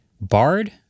Bard